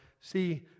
see